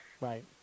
Right